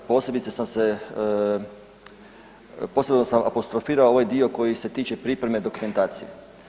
Posebice sam se, posebno sam apostrofirao ovaj dio koji se tiče pripreme dokumentacije.